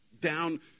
down